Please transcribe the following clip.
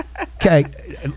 Okay